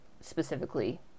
specifically